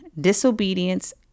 disobedience